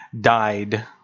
died